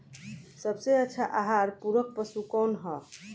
सबसे अच्छा आहार पूरक पशु कौन ह?